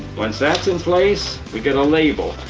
once that's in place, we get a label.